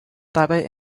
dabei